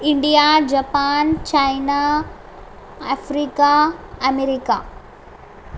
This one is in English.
India Japan China Africa America